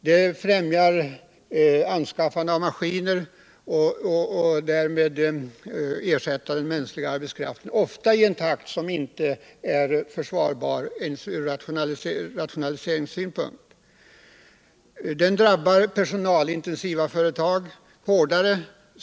Den främjar anskaffandet av maskiner som därvid ersätter den mänskliga arbetskraften, ofta i en takt som inte är försvarbar ens ur rationaliseringssynpunkt. Löneskatten drabbar vidare personalintensiva företag hårdare.